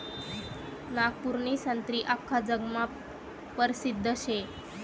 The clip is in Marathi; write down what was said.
नागपूरनी संत्री आख्खा जगमा परसिद्ध शे